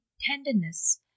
tenderness